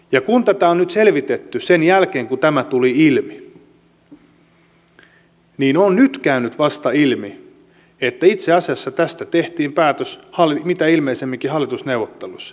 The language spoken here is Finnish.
ja kun tätä on nyt selvitetty sen jälkeen kun tämä tuli ilmi niin on vasta nyt käynyt ilmi että itse asiassa tästä tehtiin päätös mitä ilmeisimminkin hallitusneuvotteluissa